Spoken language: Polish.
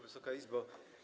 Wysoka Izbo!